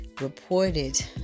reported